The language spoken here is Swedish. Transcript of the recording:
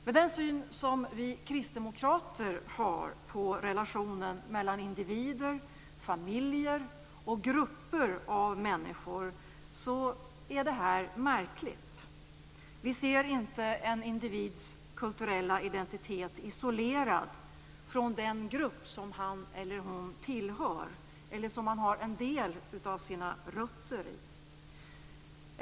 Med den syn som vi kristdemokrater har på relationen mellan individer, familjer och grupper av människor är detta märkligt. Vi ser inte en individs kulturella identitet isolerad från den grupp som han eller hon tillhör eller som han eller hon har en del av sina rötter i.